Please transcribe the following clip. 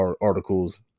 articles